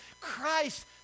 Christ